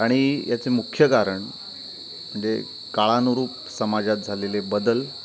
आणि याचे मुख्य कारण म्हणजे काळानुरूप समाजात झालेले बदल